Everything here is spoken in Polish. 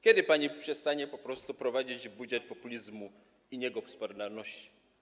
Kiedy pani przestanie po prostu prowadzić budżet populizmu i niegospodarności?